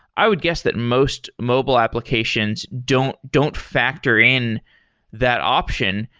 i would guess that most mobile applications don't don't factor in that option.